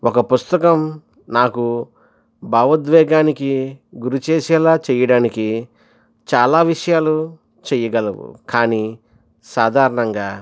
ఒక పుస్తకం నాకు భావోద్వేగానికి గురి చేసేలా చేయడానికి చాలా విషయాలు చేయగలవు కానీ సాధారణంగా